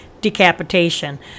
decapitation